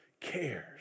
cares